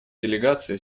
делегации